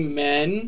men